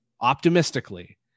optimistically